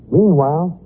Meanwhile